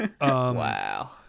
Wow